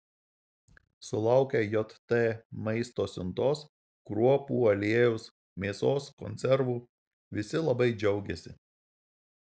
sulaukę jt maisto siuntos kruopų aliejaus mėsos konservų visi labai džiaugiasi